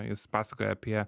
jis pasakoja apie